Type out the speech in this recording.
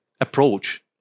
approach